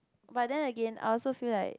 but then Again I also feel like